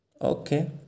okay